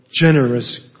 generous